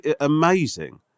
amazing